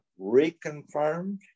reconfirmed